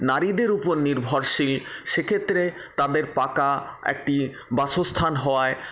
নারীদের উপর নির্ভরশীল সেক্ষেত্রে তাদের পাকা একটি বাসস্থান হওয়ায়